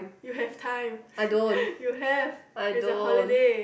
you have time you have it's a holiday